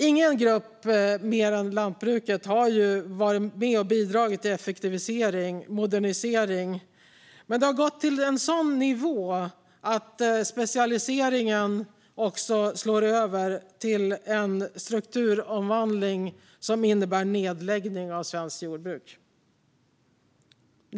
Ingen grupp har bidragit mer till effektivisering och modernisering än lantbruket, men det har gått till en sådan nivå att specialiseringen också slår över till en strukturomvandling som innebär nedläggning av svenskt jordbruk.